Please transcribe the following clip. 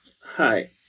Hi